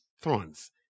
thrones